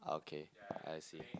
ah okay I see